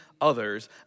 others